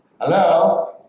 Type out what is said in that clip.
Hello